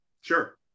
Sure